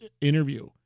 interview